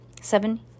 Seven